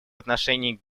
отношении